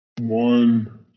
One